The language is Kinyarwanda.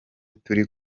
turi